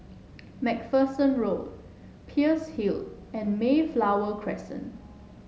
MacPherson Road Peirce Hill and Mayflower Crescent